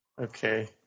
Okay